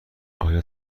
آیا